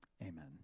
Amen